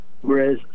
Whereas